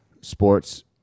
sports